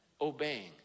obeying